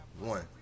One